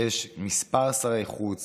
יש מספר שרי חוץ